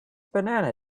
banana